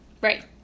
Right